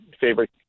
favorite